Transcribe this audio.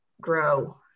grow